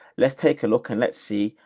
let's take a look and let's see,